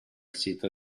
sito